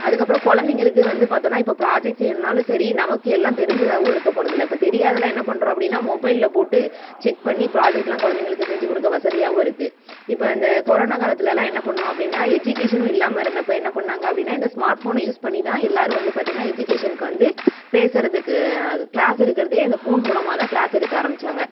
அதுக்கப்புறம் குழந்தைங்களுக்கு வந்து பார்த்தோம்னா இப்போ ப்ராஜெக்ட் செய்யணும்னாலும் சரி நமக்கு எல்லாம் தெரிஞ்சதாகவும் இருக்கப்போவது இல்லை தெரியாததெல்லாம் என்ன பண்ணுறோம் அப்படினா மொபைலில் போட்டு செக் பண்ணி ப்ராஜெக்டெலாம் குழந்தைங்களுக்கு செஞ்சு கொடுக்க வசதியாகவும் இருக்குது இப்போ இந்த கொரோனா காலத்துயெலலாம் என்ன பண்ணிணோம் அப்படினா எஜுகேஷனும் இல்லாமல் இருந்தப்போ என்ன பண்ணாங்க அப்படினா இந்த ஸ்மார்ட் ஃபோனை யூஸ் பண்ணிதான் எல்லாேரும் வந்து பார்த்தீங்னா எஜுகேஷன்க்கு வந்து பேசுவதுக்கு க்ளாஸ் எடுக்கிறதே அந்த ஃபோன் மூலயமா தான் க்ளாஸ் எடுக்க ஆரமித்தாங்க